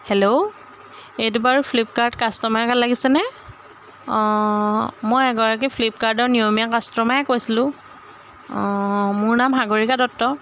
hello এইটো বাৰু Flipkart customer কেয়াৰত লাগিছেনে অঁ মই এগৰাকী ফ্লিপকাৰ্টৰ নিয়মীয়া কাষ্টমাৰে কৈছিলোঁ অঁ মোৰ নাম সাগৰীকা দত্ত